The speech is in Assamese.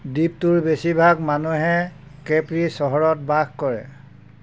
দ্বীপটোৰ বেছিভাগ মানুহে কেপ্ৰি চহৰত বাস কৰে